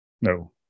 No